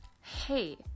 hey